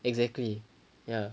exactly ya